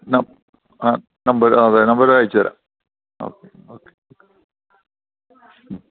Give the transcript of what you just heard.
ആ നമ്പറ് അതെ നമ്പറ് അയച്ചു തരാം ഓക്കെ ഓക്കെ ഓക്